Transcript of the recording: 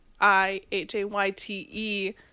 I-H-A-Y-T-E